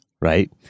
Right